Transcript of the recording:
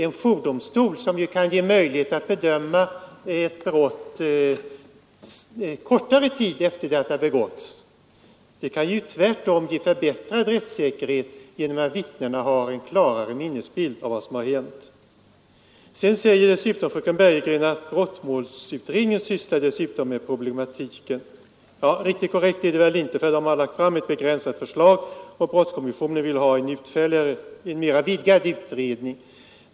En jourdomstol, som ju ger möjlighet att bedöma ett brott inom kortare tid efter det att det har begåtts, kan ju tvärtom ge förbättrad rättssäkerhet genom att vittnena har en klarare minnesbild av vad som hänt. Dessutom säger fröken Bergegren att brottmålsutredningen sysslar med problematiken. Ja, riktigt korrekt är det väl inte, för utredningen har lagt fram ett begränsat förslag, och brottskommissionen vill ha en mera vidgad utredning.